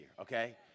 okay